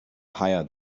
higher